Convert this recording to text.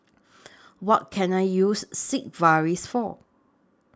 What Can I use Sigvaris For